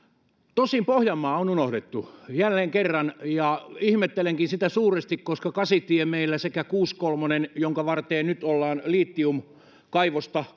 tosin pohjanmaa on unohdettu jälleen kerran ja ihmettelenkin sitä suuresti koska meillä on kasitie sekä tie kuusikymmentäkolme jonka varteen nyt ollaan litiumkaivosta